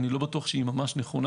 איני בטוח שהיא נכונה,